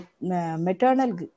maternal